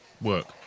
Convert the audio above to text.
work